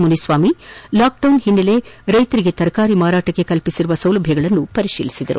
Muniswamy lockdown ಹಿನ್ನೆಲೆಯಲ್ಲಿ ರೈತರಿಗೆ ತರಕಾರಿ ಮಾರಾಟಕ್ಕೆ ಕಲ್ಪಿಸಿರುವ ಸೌಲಭ್ಯವನ್ನು ಪರಿಶೀಲಿಸಿದರು